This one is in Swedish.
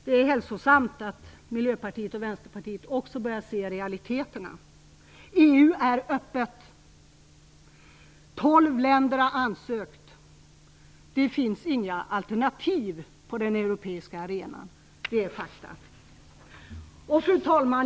Det är hälsosamt att Miljöpartiet och Vänsterpartiet också börjar se realiteterna. EU är öppet. Tolv länder har ansökt. Det finns inga alternativ på den europeiska arenan. Det är fakta. Fru talman!